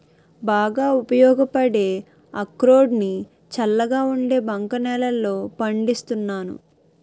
బాగా ఉపయోగపడే అక్రోడ్ ని చల్లగా ఉండే బంక నేలల్లో పండిస్తున్నాను